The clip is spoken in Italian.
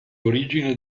origine